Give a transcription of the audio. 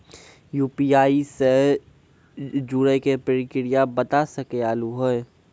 UPI से जुड़े के प्रक्रिया बता सके आलू है?